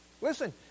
listen